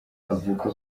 avuga